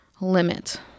limit